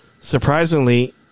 surprisingly